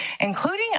including